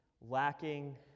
lacking